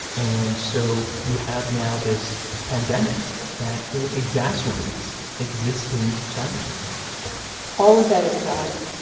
and so you have now this pandemic that really exacerbates existing challenges all of that aside,